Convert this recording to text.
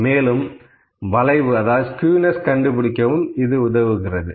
மேலும் வளைவு அதாவது ஸ்க்யூநிஸ கண்டுபிடிக்கவும் இது உதவுகிறது